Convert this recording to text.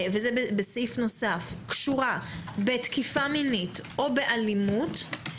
וזה בסעיף נוסף - בתקיפה מינית או באלימות,